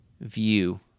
view